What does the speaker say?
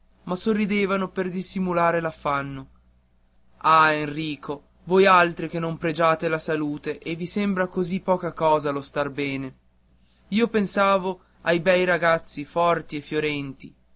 ma sorridevano per dissimulare l'affanno ah enrico voi altri che non pregiate la salute e vi sembra così poca cosa lo star bene io pensavo ai bei ragazzi forti e fiorenti